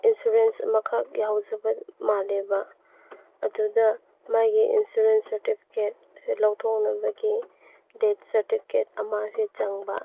insurance ꯑꯃꯈꯛ ꯌꯥꯎꯖꯕ ꯃꯥꯜꯂꯦꯕ ꯑꯗꯨꯗ ꯃꯥꯒꯤ ꯏꯟꯁꯨꯔꯦꯟꯁ ꯁꯥꯔꯇꯤꯐꯤꯀꯦꯠꯁꯦ ꯂꯧꯊꯣꯛꯅꯕꯒꯤ ꯗꯦꯠ ꯁꯥꯔꯇꯤꯐꯤꯀꯦꯠ ꯑꯃꯁꯦ ꯆꯪꯕ